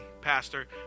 Pastor